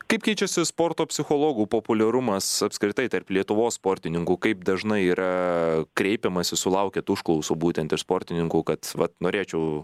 kaip keičiasi sporto psichologų populiarumas apskritai tarp lietuvos sportininkų kaip dažnai yra kreipiamasi sulaukiat užklausų būtent iš sportininkų kad vat norėčiau